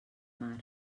mar